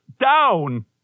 down